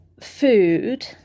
food